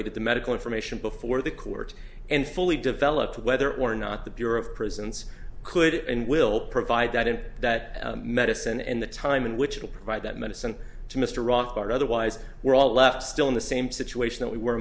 wait at the medical information before the court and fully developed whether or not the bureau of prisons could and will provide that and that medicine in the time in which will provide that medicine to mr rock or otherwise we're all left still in the same situation that we were a